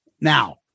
Now